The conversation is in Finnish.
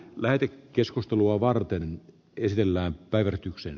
lähetin keskustelua varten kysellään päivyri tykseen